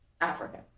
Africa